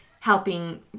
helping